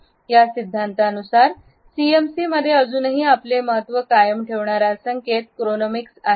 या सिद्धांतानुसार सीएमसीमध्ये अजूनही आपले महत्त्व कायम ठेवणारा संकेत क्रोनोमिक्स आहे